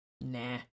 Nah